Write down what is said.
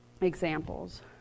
examples